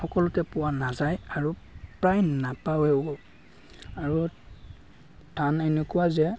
সকলোতে পোৱা নাযায় আৰু প্ৰায় নাপায়েও আৰু ধান এনেকুৱা যে